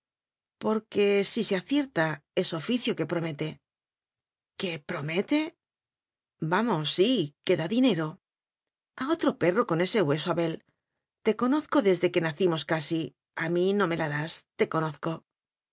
porque si se acierta es oficio que pro mete que promete vamos sí que da dinero a otro perro con ese hueso abel te cocozco desde que nacimos casi a mí no me la das te conozco